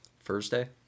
Thursday